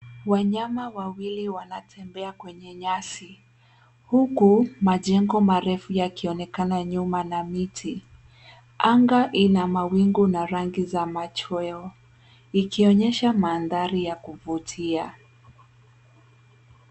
Wanyama wawili wanatembea kwenye nyasi huku majengo marefu yakionekana nyuma ya miti. Anga ina mawingu na rangi ya machweo ikionyesha mandhari yakuvutia.